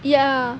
ya